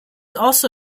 also